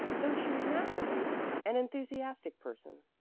though she was naturally an enthusiastic person.